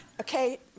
Okay